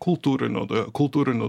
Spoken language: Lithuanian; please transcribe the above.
kultūriniu kultūrinių